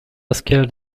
asker